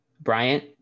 Bryant